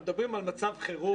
אנחנו מדברים על מצב חירום.